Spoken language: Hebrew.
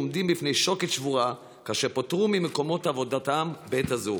עומדים בפני שוקת שבורה כאשר הם פוטרו ממקומות עבודתם בעת הזו